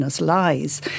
lies